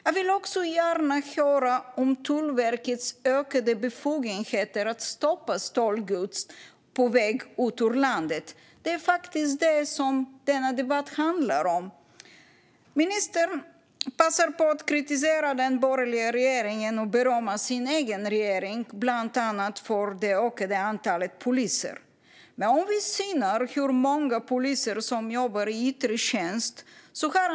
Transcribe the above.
Jag vill också gärna höra om Tullverkets ökade befogenheter att stoppa stöldgods på väg ut ur landet. Det är faktiskt det som denna debatt handlar om. Ministern passar på att kritisera den borgerliga regeringen och berömma sin egen regering, bland annat för det ökade antalet poliser. Låt oss då syna hur många poliser som jobbar i yttre tjänst!